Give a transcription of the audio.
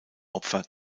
opfer